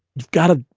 you've got to.